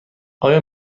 آیا